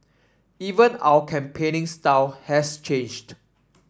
even our campaigning style has changed